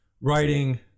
writing